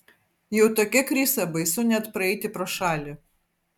jau tokia krisa baisu net praeiti pro šalį